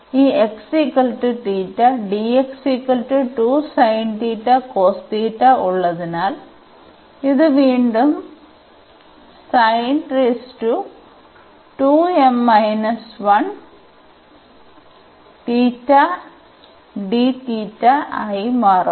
അതിനാൽ ഈ ഉള്ളതിനാൽ ഇത് വീണ്ടും ആയി മാറും